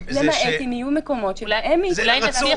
למעט אם יהיו מקומות בהם --- אולי נצליח